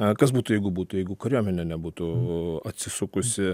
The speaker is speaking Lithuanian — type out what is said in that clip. a kas būtų jeigu būtų jeigu kariuomenė nebūtų atsisukusi